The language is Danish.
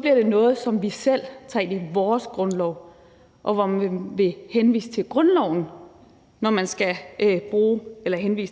bliver noget, som vi selv tager ind i vores grundlov, og man vil henvise til det og